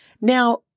Now